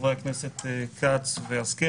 חברי הכנסת כץ והשכל,